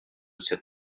cet